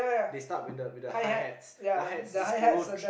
they start with the high hats the high hats just follow through